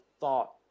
thought